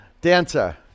Dancer